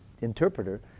interpreter